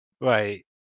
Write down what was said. Right